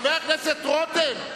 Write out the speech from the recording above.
חבר הכנסת רותם,